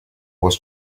was